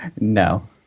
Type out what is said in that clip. No